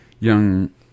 young